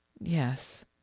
Yes